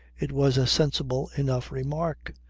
it was a sensible enough remark.